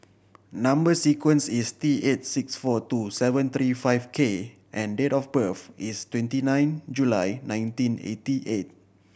number sequence is T eight six four two seven five three K and date of birth is twenty nine July nineteen eighty eight